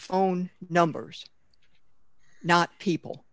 phone numbers not people